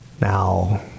Now